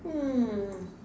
hmm